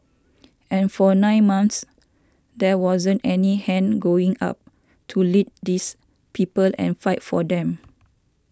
and for nine months there wasn't any hand going up to lead these people and fight for them